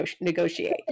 negotiate